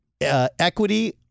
equity